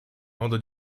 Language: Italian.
modo